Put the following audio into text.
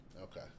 Okay